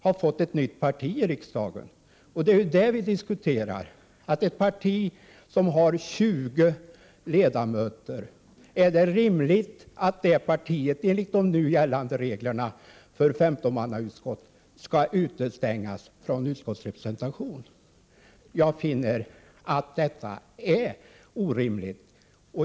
Vad vi diskuterar är ju följande: Är det rimligt att ett parti som har 20 ledamöter enligt de nu gällande reglerna för 15-mannautskott skall utestängas från utskottsrepresentation? Jag finner att detta är orimligt.